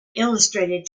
illustrated